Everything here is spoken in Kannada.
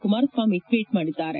ಕುಮಾರಸ್ವಾಮಿ ಟ್ವೀಟ್ ಮಾಡಿದ್ದಾರೆ